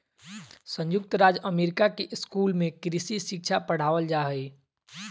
संयुक्त राज्य अमेरिका के स्कूल में कृषि शिक्षा पढ़ावल जा हइ